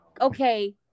Okay